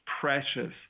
precious